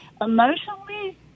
Emotionally